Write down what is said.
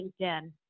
LinkedIn